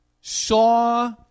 saw